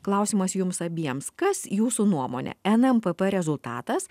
klausimas jums abiems kas jūsų nuomone nmpp rezultatas